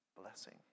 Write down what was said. Blessing